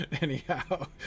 anyhow